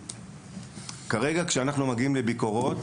כשאנחנו מגיעים לביקורות